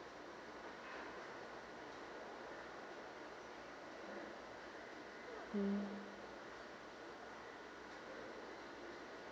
mm